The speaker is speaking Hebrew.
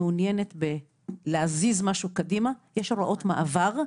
מעוניינת להזיז משהו קדימה יש הוראות מעבר,